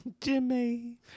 Jimmy